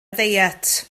ddiet